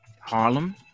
Harlem